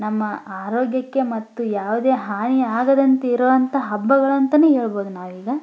ನಮ್ಮ ಆರೋಗ್ಯಕ್ಕೆ ಮತ್ತೆ ಯಾವುದೇ ಹಾನಿ ಆಗದಂತಿರುವಂಥ ಹಬ್ಬಗಳಂತಲೇ ಹೇಳ್ಬೋದ್ ನಾವೀಗ